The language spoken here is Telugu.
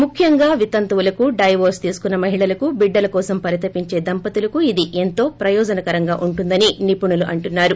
ముఖ్యంగా వితంతువులకు డైవోర్స్ తీసుకున్న మహిళలకు బిడ్డల కోసం పరితపించే దంపతులకు ఇది ఎంతో ప్రయోజనకరంగా ఉంటుందని నిపుణులు అంటున్నారు